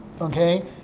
okay